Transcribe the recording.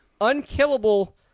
unkillable